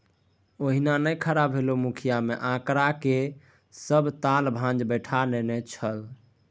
ओहिना नै खड़ा भेलै मुखिय मे आंकड़ाक सभ ताल भांज बैठा नेने छल